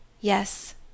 Yes